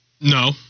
No